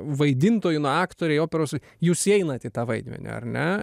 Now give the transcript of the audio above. vaidintojų na aktoriai operos jūs įeinat į tą vaidmenį ar ne